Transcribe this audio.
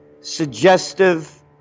suggestive